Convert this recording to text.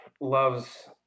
loves